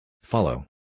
Follow